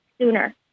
Sooner